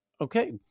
Okay